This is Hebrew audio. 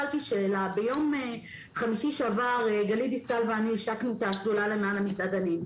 ביום חמישי שעבר גלית דיסטל ואני השקנו את השדולה למען המסעדנים,